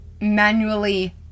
manually